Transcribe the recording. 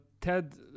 Ted